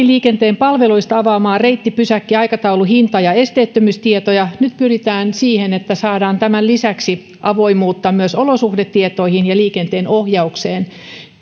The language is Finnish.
liikenteen palveluista velvoitetaan avaamaan reitti pysäkki aikataulu hinta ja esteettömyystietoja nyt pyritään siihen että saadaan tämän lisäksi avoimuutta myös olosuhdetietoihin ja liikenteenohjaukseen